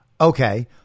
Okay